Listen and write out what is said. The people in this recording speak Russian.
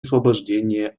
освобождение